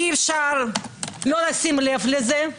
אי אפשר לא לשים לב לזה.